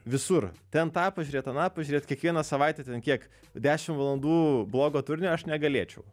visur ten tą pažiūrėt aną pažiūrėt kiekvieną savaitę ten kiek dešim valandų blogo turinio aš negalėčiau